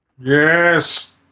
Yes